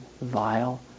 vile